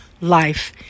life